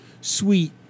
sweet